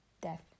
death